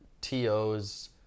TO's